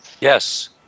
yes